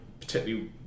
particularly